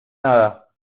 nada